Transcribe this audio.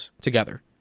together